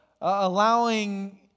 allowing